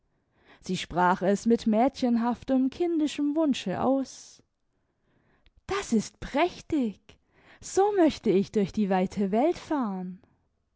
sie sprach es mit mädchenhaftem kindischem wunsche aus das ist prächtig so möchte ich durch die weite welt fahren